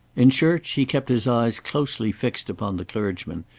in church, he kept his eyes closely fixed upon the clergyman,